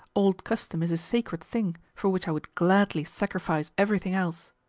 old custom is a sacred thing for which i would gladly sacrifice everything else.